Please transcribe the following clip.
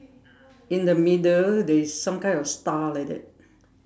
in the middle there is some kind of star like that